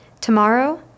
Tomorrow